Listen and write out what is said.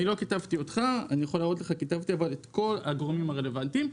לא כיתבתי אותך אבל כיתבתי את כל הגורמים הרלוונטיים.